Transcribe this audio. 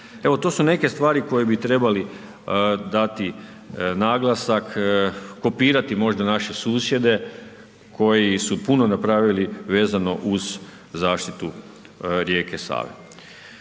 Evo, to su neke stvari koje bi trebali dati naglasak, kopirati možda naše susjede koji su puno napravili vezano uz zaštitu rijeke Save.